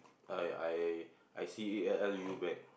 uh ya I I I see L U bag